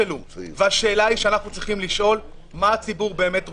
והשאלה שאנחנו צריכים לשאול, מה הציבור באמת רוצה,